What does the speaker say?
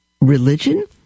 religion